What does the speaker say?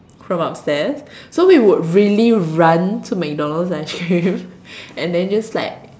from upstairs so we would really run to McDonald's ice cream and then just like